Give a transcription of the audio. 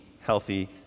healthy